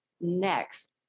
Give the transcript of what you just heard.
next